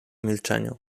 milczeniu